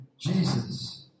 Jesus